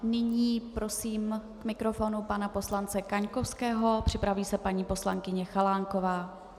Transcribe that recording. Nyní prosím k mikrofonu pana poslance Kaňkovského, připraví se paní poslankyně Chalánková.